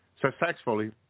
Successfully